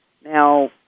Now